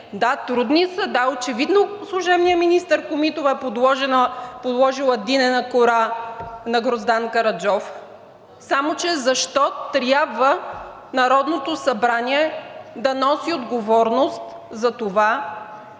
Да, трудни са. Да, очевидно служебният министър Комитова е подложила динена кора на Гроздан Караджов, само че защо трябва Народното събрание да носи отговорност за това